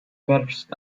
first